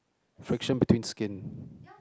friction between skin